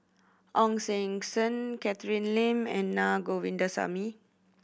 Ong Sing Sen Catherine Lim and Naa Govindasamy